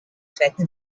zweiten